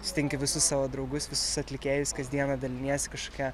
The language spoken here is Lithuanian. sutinki visus savo draugus visus atlikėjus kasdieną daliniesi kažkokia